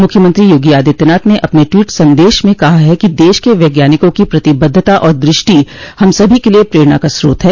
मुख्यमंत्री योगी आदित्यनाथ ने अपने ट्वीट संदेश में कहा है कि देश के वैज्ञानिकों की प्रतिबद्धता और दृष्टि हम सभी के लिये प्रेरणा का स्रोत है